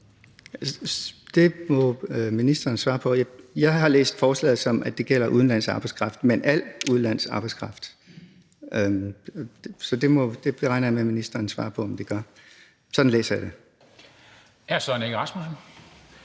Det må ministeren svare på. Jeg har læst forslaget sådan, at det gælder udenlandsk arbejdskraft, altså al udenlandsk arbejdskraft. Det regner jeg med at ministeren svarer på om det gør. Sådan læser jeg det. Kl. 14:29 Formanden